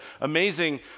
amazing